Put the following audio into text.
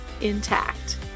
intact